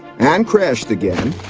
and crashed again,